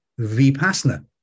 vipassana